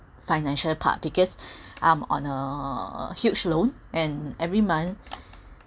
financial part because I'm on a huge loan and every month